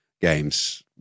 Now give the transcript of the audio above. games